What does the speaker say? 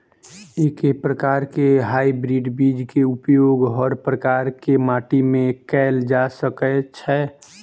एके प्रकार केँ हाइब्रिड बीज केँ उपयोग हर प्रकार केँ माटि मे कैल जा सकय छै?